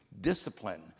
discipline